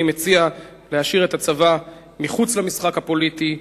אני מציע להשאיר את הצבא מחוץ למשחק הפוליטי,